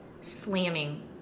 slamming